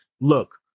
look